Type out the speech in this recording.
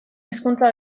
hizkuntza